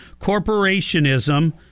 corporationism